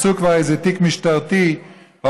מצאו כבר איזה תיק משטרתי או